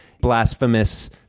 blasphemous